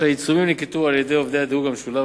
העיצומים ננקטו על-ידי עובדי הדירוג המשולב,